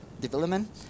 development